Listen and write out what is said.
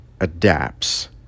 adapts